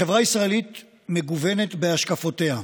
החברה הישראלית מגוונת בהשקפותיה,